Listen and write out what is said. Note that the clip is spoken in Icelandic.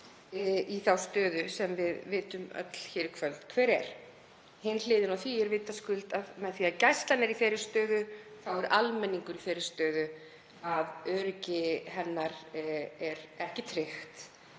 í þá stöðu sem við vitum öll hér í kvöld hver er. Hin hliðin á því er vitaskuld sú að fyrst Gæslan er í þeirri stöðu er almenningur um leið í þeirri stöðu að öryggi hans er ekki tryggt.